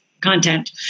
content